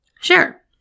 Sure